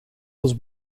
was